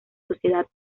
sociedad